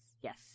yes